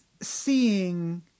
seeing